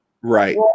Right